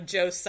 Joe